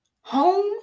home